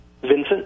Vincent